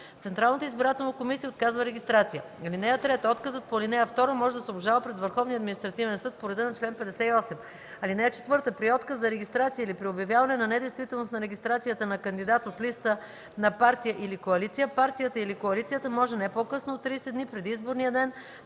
Централната избирателна комисия отказва регистрация. (3) Отказът по ал. 2 може да се обжалва пред Върховния административен съд по реда на чл. 58. (4) При отказ за регистрация или при обявяване на недействителност на регистрацията на кандидат от листа на партия или коалиция партията или коалицията може не по-късно от 30 дни преди изборния ден